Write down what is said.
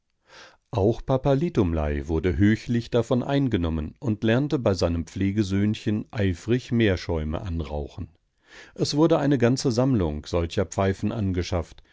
auch papa litumlei wurde höchlich davon eingenommen und lernte bei seinem pflegesöhnchen eifrig meerschäume anrauchen es wurde eine ganze sammlung solcher pfeifen angeschafft